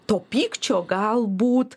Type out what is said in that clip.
to pykčio galbūt